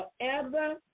forever